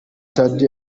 tardy